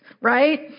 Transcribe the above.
Right